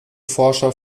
forscher